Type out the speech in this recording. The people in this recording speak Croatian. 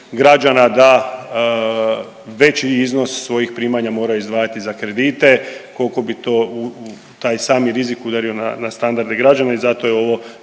građana da veći iznos svojih primanja moraju izdvajati za kredite, koliko bi to u, u taj sami rizik udario na standarde građane i zato je ovo